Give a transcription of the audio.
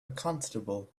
constable